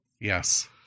Yes